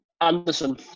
Anderson